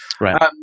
Right